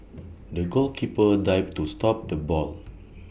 the goalkeeper dived to stop the ball